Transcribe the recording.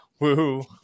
woohoo